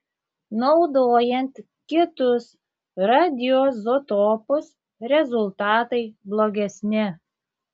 naudojant kitus radioizotopus rezultatai blogesni